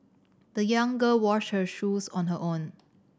the young girl washed her shoes on her own